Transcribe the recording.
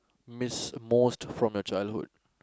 miss most from your childhood